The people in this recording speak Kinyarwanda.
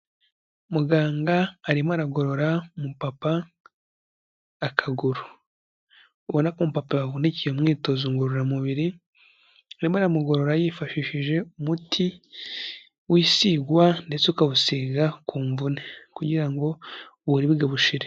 Muganga arimo aragorora umupapa akaguru ubona ko umupapa yavunikiye mu myitozo ngororamubiri arimo aramugorora yifashishije umuti wisigwa ndetse ukawusiga ku mvune kugira ngo uburibwe bushire.